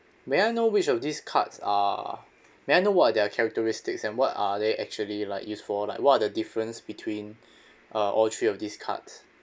may I know which of these cards are may I know what are their characteristics and what are they actually like used for like what are the difference between uh all three of these cards